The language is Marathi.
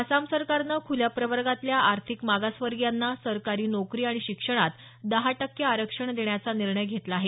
आसाम सरकारनं खुल्या प्रवर्गातल्या आर्थिक मागासवर्गीयांना सरकारी नोकरी आणि शिक्षणात दहा टक्के आरक्षण देण्याचा निर्णय घेतला आहे